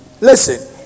Listen